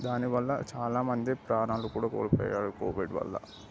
దానివల్ల చాలామంది ప్రాణాలు కూడా కోల్పోయారు కోవిడ్ వల్ల